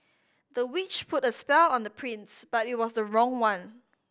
the witch put a spell on the prince but it was the wrong one